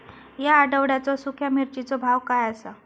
या आठवड्याचो सुख्या मिर्चीचो भाव काय आसा?